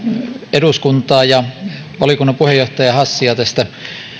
eduskuntaa ja valiokunnan puheenjohtaja hassia tästä